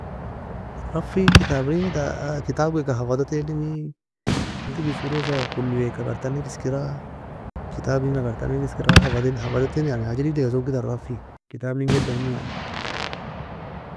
رف ktabri ne ta كتاب weka hafada telimi رتب eskirosa, كل waela agar tani leskira, كتاب enga agar tani leskira hafadin hafada tae حاجة deigid eka soka ten رف hafada ter كتاب en giedaemo.